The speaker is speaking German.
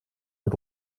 mit